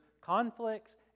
conflicts